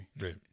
Right